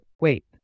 Wait